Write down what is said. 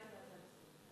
בבקשה, חבר הכנסת יצחק כהן,